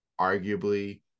arguably